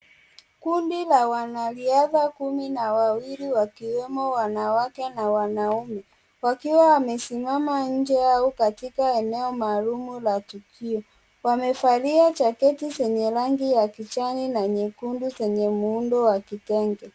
Kundi la wanariadha kumi na wawili wakiwemo wanawake na wanaume, wakiwa wamesimama nje yao katika eneo maalumu la tukio, wamevalia jaketi zenye rangi ya kijani na nyekundu zenye muundo wa kitenge.